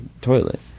toilet